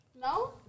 No